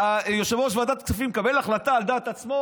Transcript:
יושב-ראש ועדת כספים מקבל החלטה על דעת עצמו,